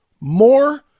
more